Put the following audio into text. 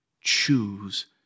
Choose